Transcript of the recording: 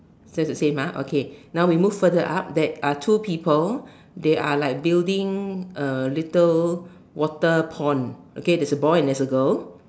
says the same okay now we move further up there are two people they are like building a little water pond okay there's a boy and there's a girl